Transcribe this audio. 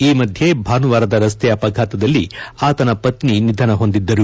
ಈ ಮಧ್ಯೆ ಭಾನುವಾರದ ರಸ್ತೆ ಅಪಘಾತದಲ್ಲಿ ಆತನ ಪತ್ನಿ ನಿಧನ ಹೊಂದಿದ್ದರು